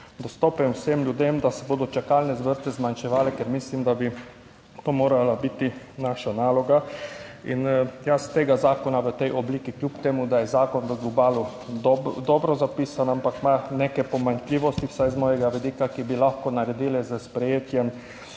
vsem ljudem, da se bodo čakalne vrste zmanjševale, ker mislim, da bi to morala biti naša naloga in jaz tega zakona v tej obliki, kljub temu, da je zakon v globalu, dobro zapisan, ampak ima neke pomanjkljivosti, vsaj z mojega vidika, ki bi lahko naredile s sprejetjem,